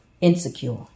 Insecure